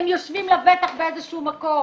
הם יושבים לבטח באיזשהו מקום